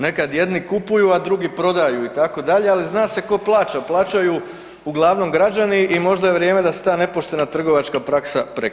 Nekad jedni kupuju, a drugi prodaju itd., ali zna se ko plaća, plaćaju uglavnom građani i možda je vrijeme da se ta nepoštena trgovačka praksa prekine.